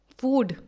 food